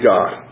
God